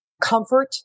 comfort